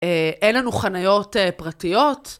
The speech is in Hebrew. אין לנו חניות פרטיות.